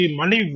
money